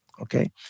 Okay